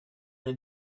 nel